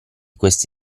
questa